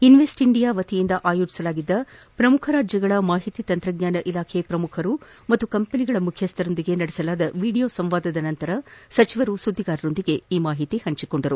ಇನ್ವೆಗ್ಟ್ India ವತಿಯಿಂದ ಆಯೋಜಿಸಲಾಗಿದ್ದ ಪ್ರಮುಖ ರಾಜ್ಯಗಳ ಮಾಹಿತಿ ತಂತ್ರಜ್ಞಾನ ಇಲಾಖೆಗಳ ಪ್ರಮುಖರು ಹಾಗೂ ಕಂಪನಿಗಳ ಮುಖ್ಯಸ್ಥರ ಜೊತೆ ನಡೆಸಲಾದ ವಿಡಿಯೋ ಸಂವಾದದ ನಂತರ ಸಚಿವರು ಸುದ್ದಿಗಾರರಿಗೆ ಈ ವಿಷಯ ತಿಳಿಸಿದ್ದಾರೆ